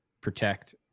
protect